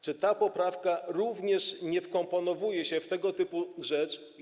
Czy ta poprawka również nie wkomponowuje się w tego typu działanie?